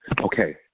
Okay